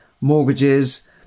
mortgages